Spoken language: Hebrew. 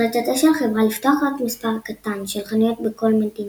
החלטתה של החברה לפתוח רק מספר קטן של חנויות בכל מדינה,